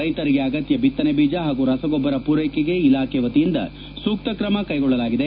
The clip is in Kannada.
ರೈತರಿಗೆ ಅಗತ್ಯ ಬಿತ್ತನೆ ಬೀಜ ಹಾಗೂ ರಸಗೊಬ್ಬರ ಪೂರೈಕೆಗೆ ಇಲಾಖೆ ವತಿಯಿಂದ ಸೂಕ್ತ ತ್ರಮ ಕೈಗೊಳ್ಳಲಾಗಿದೆ